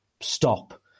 stop